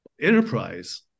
enterprise